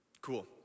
Cool